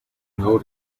know